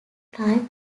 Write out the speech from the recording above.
time